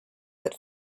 that